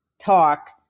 talk